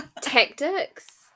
Tactics